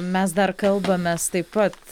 mes dar kalbamės taip pat